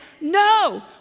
no